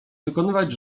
wykonywać